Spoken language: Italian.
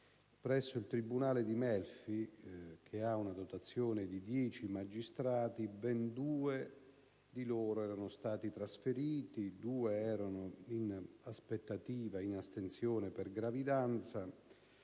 presso il tribunale di Melfi, che ha una dotazione di dieci magistrati, ben due di loro erano stati trasferiti, due erano in astensione per gravidanza,